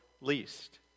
least